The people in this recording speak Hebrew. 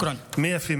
תודה.) (אומר בערבית: מאה אחוז.)